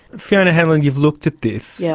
fiona hanlon, you've looked at this, yeah